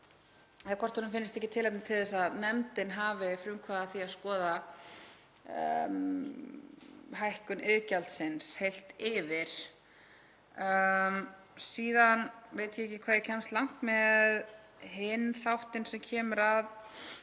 og hvort honum finnist ekki tilefni til þess að nefndin hafi frumkvæði að því að skoða hækkun iðgjaldsins heilt yfir. Ég veit ekki hvað ég kemst langt með hinn þáttinn sem snýr að